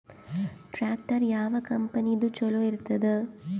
Tractor ಯಾವ ಕಂಪನಿದು ಚಲೋ ಇರತದ?